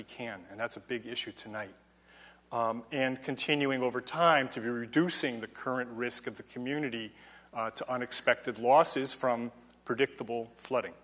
we can and that's a big issue tonight and continuing over time to be reducing the current risk of the community to unexpected losses from predictable flooding